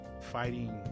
fighting